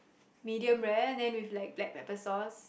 medium rare then with like black pepper sauce